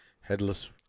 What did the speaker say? headless